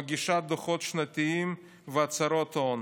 מגישה דוחות שנתיים והצהרות הון